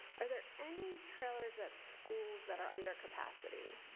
are there any trailers at schools that are under capacity?